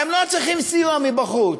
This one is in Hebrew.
הם לא צריכים סיוע מבחוץ.